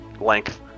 length